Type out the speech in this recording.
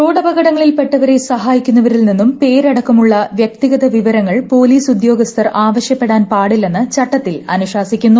റോഡപകടങ്ങളിൽപെട്ടവരെ സഹായിക്കുന്നവരിൽ നിന്നും പേരടക്കമുള്ള വ്യക്തിഗത വിവരങ്ങൾ പൊലീസുദ്യോഗസ്ഥർ ആവശ്യപ്പെടാൻ പാടില്ലെന്ന് ചട്ടത്തിൽ അനുശാസിക്കുന്നു